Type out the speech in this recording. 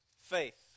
faith